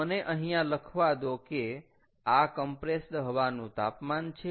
તો મને અહીંયા લખવા દો કે આ કમ્પ્રેસ્ડ હવાનું તાપમાન છે